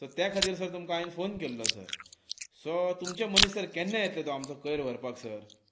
so त्या खातीर sir तुमकां हांवें फोन केल्लो सर सो तुमचे मनीस सर केन्ना येतले तो आमचो कोयर व्हरपाक सर